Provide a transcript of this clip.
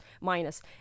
minus